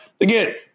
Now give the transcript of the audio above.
Again